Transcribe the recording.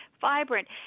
vibrant